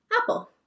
apple